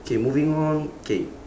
okay moving on okay